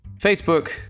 Facebook